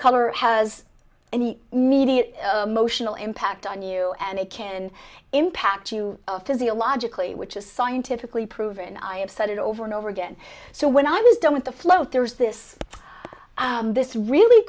color has any media motional impact on you and it can impact you physiologically which is scientifically proven i have said it over and over again so when i was done with the float there was this this really